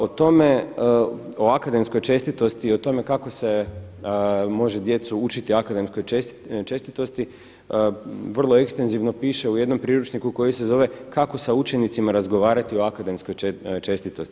O tome o akademskoj čestitosti i o tome kako se može djecu učiti akademskoj čestitosti vrlo ekstenzivno piše u jednom priručniku koji se zove Kako sa učenicima razgovarati o akademskoj čestitosti.